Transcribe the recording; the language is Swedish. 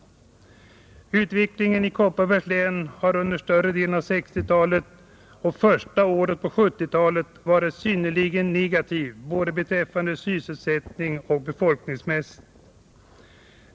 Utvecklingen i Kopparbergs län har under större delen av 1960-talet och första året av 1970-talet varit synnerligen negativ både Nr 77 beträffande sysselsättningen och befolkningsmässigt.